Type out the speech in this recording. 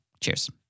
Cheers